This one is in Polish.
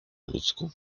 ludzku